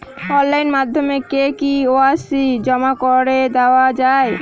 Online মাধ্যমে কি KYC জমা করে দেওয়া য়ায়?